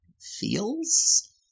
feels